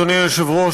אדוני היושב-ראש,